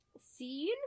seen